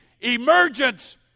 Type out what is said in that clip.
emergence